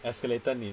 escalator 你